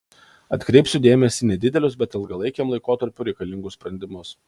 atkreipsiu dėmesį į nedidelius bet ilgalaikiam laikotarpiui reikalingus sprendimus